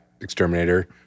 exterminator